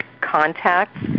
contacts